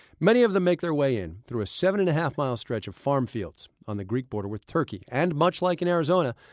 many of them make their way in through a seven-and-half-mile stretch of farm fields on the greek border with turkey. and much like in arizona,